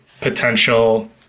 potential